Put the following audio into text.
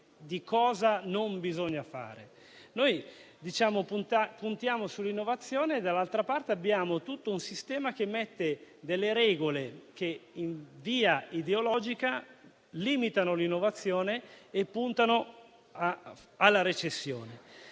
di cosa non bisogna fare. Diciamo di voler puntare sull'innovazione e dall'altra parte abbiamo tutto un sistema che mette delle regole che, in via ideologica, limitano l'innovazione e puntano alla recessione.